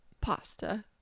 Pasta